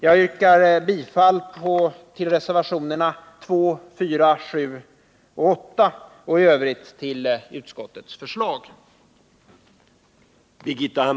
Jag yrkar bifall till reservationerna 2,4, 7 och 8 och i övrigt till utskottets hemställan.